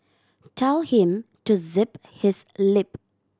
tell him to zip his lip